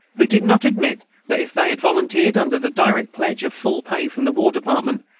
who did not admit that if they had volunteered under the direct pledge of full pay from the war department,